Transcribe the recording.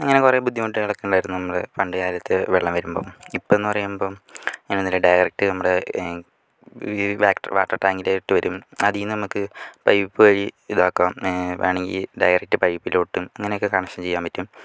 അങ്ങനെ കുറെ ബുദ്ധിമൂട്ടുകളൊക്കെ ഉണ്ടായിരുന്നു നമ്മള് പണ്ട് കാലത്ത് വെള്ളം വരുമ്പം ഇപ്പം എന്ന് പറയുമ്പോൾ ഡയറക്ട് നമ്മുടെ വാട്ടർ ടാങ്കിലോട്ട് വരും അതിൽ നിന്ന് നമുക്ക് പൈപ്പ് വഴി ഇതാക്കാം വേണമെങ്കിൽ ഡയറക്ട് പൈപ്പിലോട്ടും ഇങ്ങനെയൊക്കെ കണക്ഷൻ ചെയ്യാൻ പറ്റും